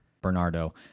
Bernardo